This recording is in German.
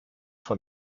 von